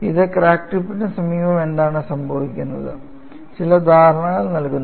ഇത് ക്രാക്ക് ടിപ്പിന് സമീപം എന്താണ് സംഭവിക്കുന്നതെന്ന് ചില ധാരണ നൽകുന്നു